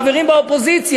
חברים באופוזיציה.